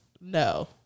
No